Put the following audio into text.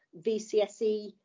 VCSE